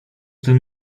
tym